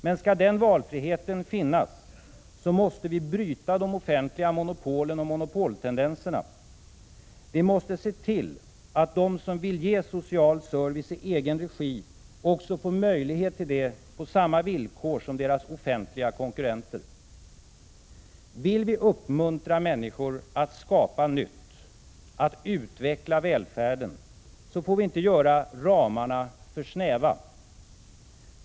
Men skall den valfriheten finnas måste vi bryta de offentliga monopolen och monopoltendenserna. Vi måste se till att de som vill ge social service i egen regi också får möjlighet till det på samma villkor som deras offentliga konkurrenter. Vill vi uppmuntra människor att skapa nytt, att utveckla välfärden, får vi inte göra ramarna för snäva.